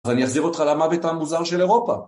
אז אני אחזיר אותך למוות המוזר של אירופה